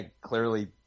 clearly